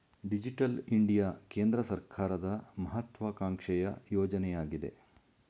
digital India ಕೇಂದ್ರ ಸರ್ಕಾರದ ಮಹತ್ವಾಕಾಂಕ್ಷೆಯ ಯೋಜನೆಯಗಿದೆ